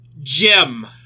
Jim